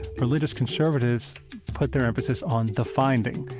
religious conservatives put their emphasis on the finding.